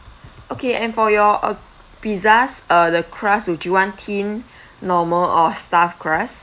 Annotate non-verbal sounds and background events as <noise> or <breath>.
okay and for your uh pizzas uh the crust would you want thin <breath> normal or stuffed crust